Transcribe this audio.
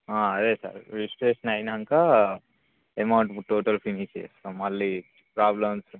అదే sir registration అయినాక amount ఇప్పుడు టోటల్ ఫినిష్ చేస్తాము మళ్ళీ ప్రాబ్లమ్స్